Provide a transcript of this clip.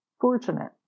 fortunate